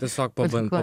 tiesiog paban